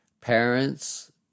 Parents